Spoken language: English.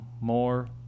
more